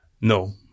No